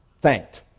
thanked